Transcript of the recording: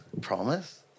Promise